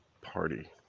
party